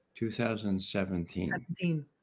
2017